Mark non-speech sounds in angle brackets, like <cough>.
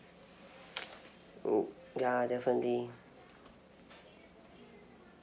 <noise> oh ya definitely